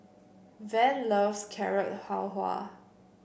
Van loves Carrot Halwa